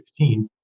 2016